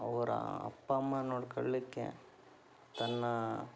ಅವರ ಅಪ್ಪ ಅಮ್ಮ ನೋಡ್ಕೊಳ್ಳಿಕ್ಕೆ ತನ್ನ